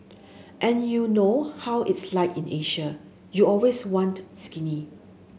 and you know how it's like in Asia you always want skinny